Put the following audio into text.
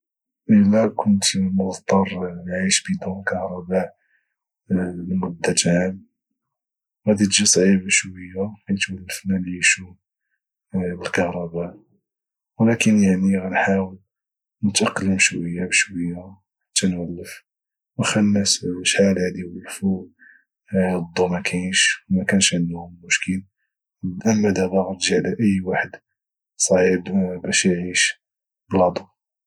الى كنت مضطر للعيش بدون كهرباء لمدة عام غادي دجي صعيبة شوية حيت ولفنا نعيشو بالكهرباء ولكن يعني غنحاول نتأقلم شوية بشوية حتى نولف وخا الناس شحال هادي ولفو الضو مكاينش ومكانش عندهم مشكل اما دبا غدجي على اي واحد صعيب باش اعيش بلا ضو